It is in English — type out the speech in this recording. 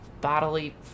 bodily